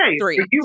three